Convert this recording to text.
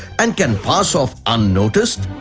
and can pass of unnoticed?